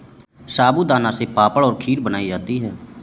साबूदाना से पापड़ और खीर बनाई जाती है